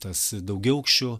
tas daugiaaukščių